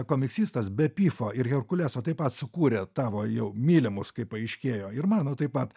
komiksistas be pifo ir herkules o taip pat sukūrė tavo jau mylimus kaip paaiškėjo ir mano taip pat